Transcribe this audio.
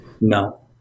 no